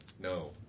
No